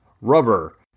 rubber